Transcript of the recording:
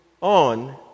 on